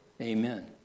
Amen